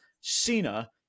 Cena